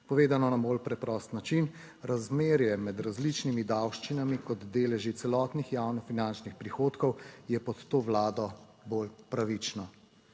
Povedano na bolj preprost način: razmerje med različnimi davščinami kot deleži celotnih javnofinančnih prihodkov je pod to vlado bolj pravično.